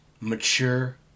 mature